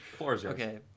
Okay